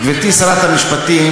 גברתי שרת המשפטים,